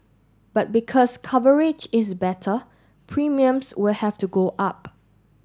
but because coverage is better premiums will have to go up